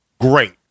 great